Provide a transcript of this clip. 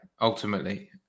ultimately